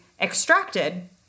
extracted